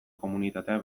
komunitatea